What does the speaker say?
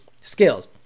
skills